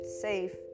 safe